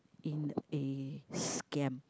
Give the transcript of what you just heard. in a scam